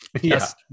yes